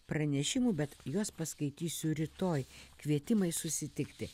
pranešimų bet juos paskaitysiu rytoj kvietimai susitikti